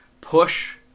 push